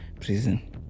Prison